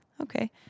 Okay